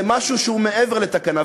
זה משהו שהוא מעבר לתקנה,